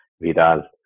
Vidal